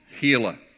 healer